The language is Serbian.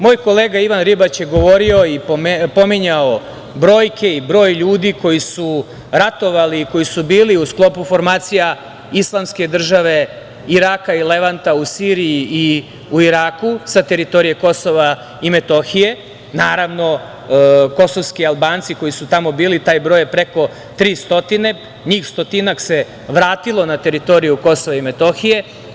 Moj kolega Ivan Ribać je govorio i pominjao brojke i broj ljudi koji su ratovali i koji su bili u sklopu formacija Islamske države Iraka i Levanta u Siriji i u Iraku sa teritorije Kosova i Metohije, naravno, kosovski Albanci koji su tamo bili, taj broj je preko 300, njih stotinak se vratilo na teritoriju Kosova i Metohije.